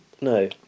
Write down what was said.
no